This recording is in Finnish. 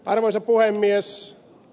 arvoisa puhemies